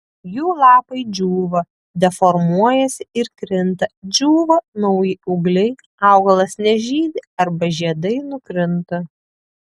jų lapai džiūva deformuojasi ir krinta džiūva nauji ūgliai augalas nežydi arba žiedai nukrinta